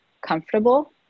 comfortable